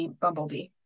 Bumblebee